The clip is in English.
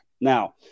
Now